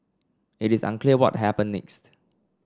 it is unclear what happened next